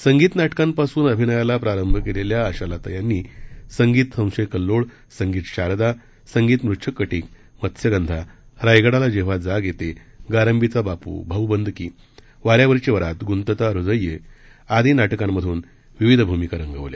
संगीत नाटकांपासून अभिनयाला प्रारंभ केलेल्या आशालता यांनी संगीत संशय कल्लोळ संगीत शारदा संगीत मृच्छकटीक मत्स्यगंधा रायगडाला जेव्हा जाग येते गारंबीचा बापू भाऊबंदकी वाऱ्यावरची वरात गुंतता ह्रदय हे आदी नाटकांमधून विविध भूमिका रंगवल्या